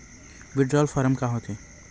withdrawal form का होथेय